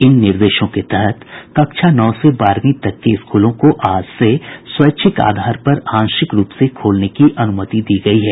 इन निर्देशों के तहत कक्षा नौ से बारहवीं तक के स्कूलों को आज से स्वैच्छिक आधार पर आंशिक रूप से खोलने की अनुमति दी गयी है